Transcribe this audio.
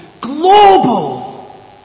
global